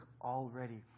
already